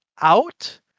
out